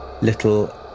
little